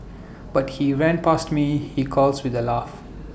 but he ran past me he calls with A laugh